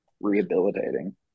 rehabilitating